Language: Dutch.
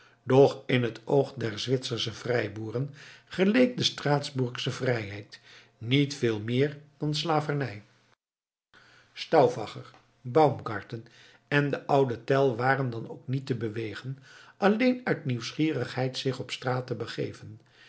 doch in het oog der zwitsersche vrijboeren geleek de straatsburgsche vrijheid niet veel meer dan slavernij stauffacher baumgarten en de oude tell waren dan ook niet te bewegen alleen uit nieuwsgierigheid zich op straat te begeven